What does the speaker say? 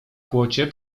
płocie